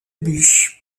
buch